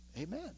amen